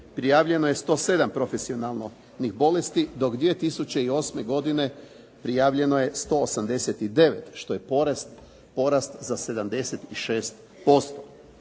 prijavljeno je 107 profesionalnih bolesti, dok 2008. godine prijavljeno je 189 što je porast za 76%.